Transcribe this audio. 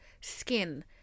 skin